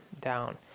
down